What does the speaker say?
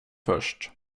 först